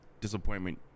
disappointment